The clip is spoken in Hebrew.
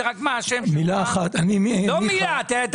אני